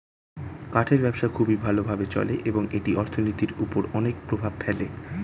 কাঠের ব্যবসা খুবই ভালো ভাবে চলে এবং এটি অর্থনীতির উপর অনেক প্রভাব ফেলে